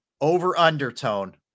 Over-undertone